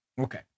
Okay